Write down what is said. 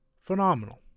phenomenal